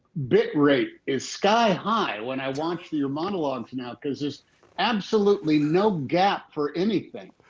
bit rate is sky high when i watch your monologues now because there's absolutely no gap for anything.